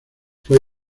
fue